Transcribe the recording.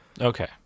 Okay